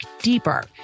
deeper